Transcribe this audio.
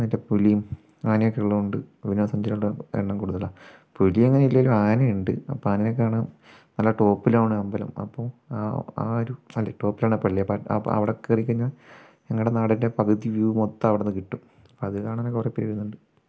മറ്റേ പുലിയും ആനയും ഒക്കെ ഉള്ളതുകൊണ്ട് വിനോദ സഞ്ചാരികളുടെ എണ്ണം കൂടുതലാണ് പുലി അങ്ങനെ ഇല്ലെങ്കിലും ആന ഉണ്ട് അപ്പോൾ ആനയെ കാണാം നല്ല ടോപ്പിലാണ് അമ്പലം അപ്പോൾ ആ ഒരു ടോപ്പിലാണ് പള്ളി അപ്പോ അവിടെ കേറിക്കഴിഞ്ഞാൽ ഞങ്ങളുടെ നാടിൻറ്റെ പകുതി വ്യൂ മൊത്തം അവിടെന്ന് കിട്ടും അതു കാണാനും കുറെപ്പേര് വരുന്നുണ്ട്